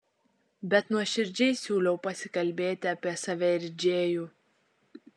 bet nuoširdžiai siūliau pasikalbėti apie save ir džėjų